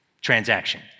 transaction